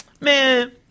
man